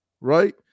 right